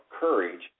courage